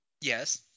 Yes